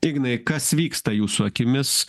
ignai kas vyksta jūsų akimis